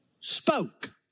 spoke